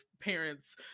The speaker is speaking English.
parents